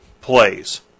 plays